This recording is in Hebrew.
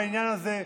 בעניין הזה,